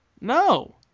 no